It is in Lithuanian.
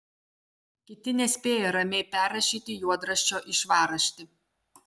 kiti nespėja ramiai perrašyti juodraščio į švarraštį